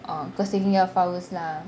oh because taking care of faust lah